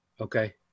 okay